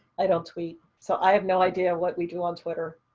i don't tweet. so i have no idea what we do on twitter.